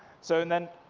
so and then,